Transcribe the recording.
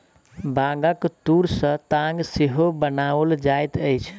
बांगक तूर सॅ ताग सेहो बनाओल जाइत अछि